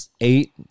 eight